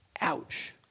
Ouch